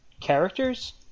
characters